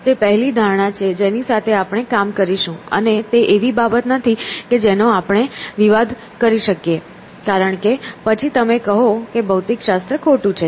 તે પહેલી ધારણા છે જેની સાથે આપણે કામ કરીશું અને તે એવી બાબત નથી કે જેનો આપણે વિવાદ કરી શકીએ કારણ કે પછી તમે કહો કે ભૌતિકશાસ્ત્ર ખોટું છે